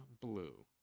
blue